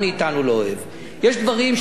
יש דברים שאנחנו לא אוהבים לעשות,